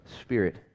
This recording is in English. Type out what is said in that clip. spirit